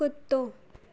कुत्तो